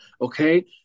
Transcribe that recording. okay